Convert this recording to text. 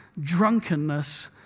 Drunkenness